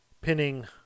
Pinning